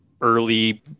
early